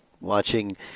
watching